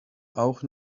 auch